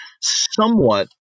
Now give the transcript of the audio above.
somewhat